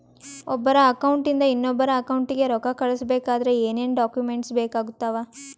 ಒಬ್ಬರ ಅಕೌಂಟ್ ಇಂದ ಇನ್ನೊಬ್ಬರ ಅಕೌಂಟಿಗೆ ರೊಕ್ಕ ಕಳಿಸಬೇಕಾದ್ರೆ ಏನೇನ್ ಡಾಕ್ಯೂಮೆಂಟ್ಸ್ ಬೇಕಾಗುತ್ತಾವ?